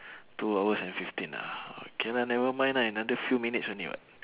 two hours and fifteen ah okay lah nevermind lah another few minutes only [what]